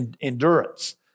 endurance